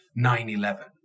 9-11